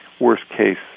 worst-case